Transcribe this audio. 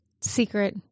secret